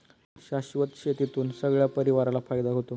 शाश्वत शेतीतून सगळ्या परिवाराला फायदा होतो